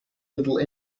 little